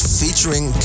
featuring